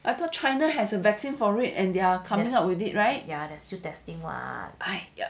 there are still testing [what]